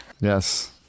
Yes